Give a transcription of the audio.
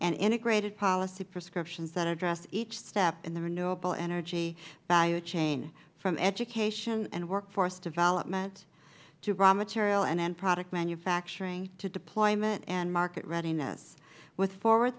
and integrated policy prescriptions that address each step in the renewable energy value chain from education and workforce development to raw material and end product manufacturing to deployment and market readiness with forward